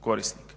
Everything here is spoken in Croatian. korisnika.